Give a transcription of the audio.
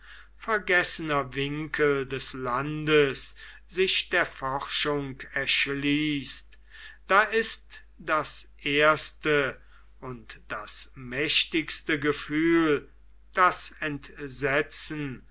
vergessener winkel des landes sich der forschung erschließt da ist das erste und das mächtigste gefühl das entsetzen